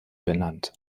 benannt